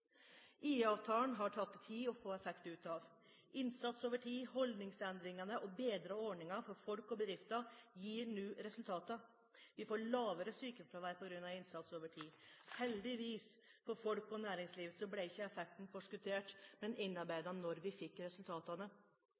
har det tatt tid å få effekt ut av. Innsats over tid, holdningsendringene og bedrede ordninger for folk og bedrifter gir nå resultater. Vi får lavere sykefravær på grunn av innsats over tid. Heldigvis for folk og næringsliv ble ikke effekten forskuttert, men innarbeidet da vi fikk resultatene.